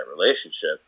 relationship